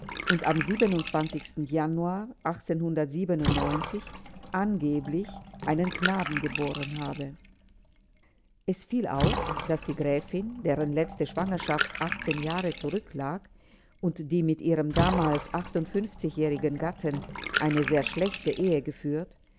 und am januar angeblich einen knaben geboren habe es fiel auf daß die gräfin deren letzte schwangerschaft jahre zurücklag und die mit ihrem damals jährigen gatten eine sehr schlechte ehe geführt